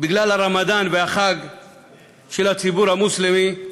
בגלל חג הרמדאן של הציבור המוסלמי,